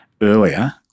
earlier